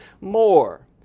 more